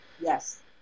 Yes